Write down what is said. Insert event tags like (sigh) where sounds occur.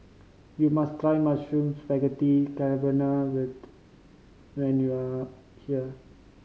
you must try Mushroom Spaghetti Carbonara (unintelligible) when you are here